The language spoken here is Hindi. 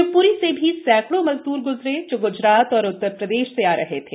शिवप्री से भी सैकड़ों मजदूर ग्जरे जो ग्जरात और उत्तरप्रदेश से आ रहे थे